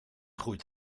groeit